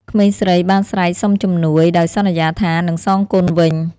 ក្មេងស្រីបានស្រែកសុំជំនួយដោយសន្យាថានឹងសងគុណវិញ។